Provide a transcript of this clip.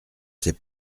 sais